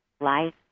life